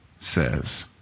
says